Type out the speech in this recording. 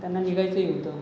त्यांना निघायचं ही होतं